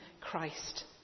Christ